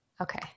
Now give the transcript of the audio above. Okay